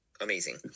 amazing